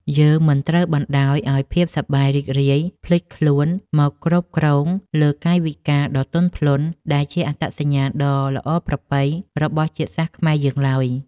យើងមិនត្រូវបណ្តោយឱ្យភាពសប្បាយរីករាយភ្លេចខ្លួនមកគ្រប់គ្រងលើកាយវិការដ៏ទន់ភ្លន់ដែលជាអត្តសញ្ញាណដ៏ល្អប្រពៃរបស់ជាតិសាសន៍ខ្មែរយើងឡើយ។